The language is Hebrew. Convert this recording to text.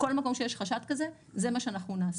כל מקום שיש חשד כזה זה מה שאנחנו נעשה.